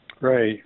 Right